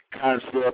concept